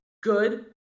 good